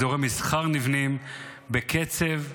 אזורי מסחר נבנים בקצב מסחרר,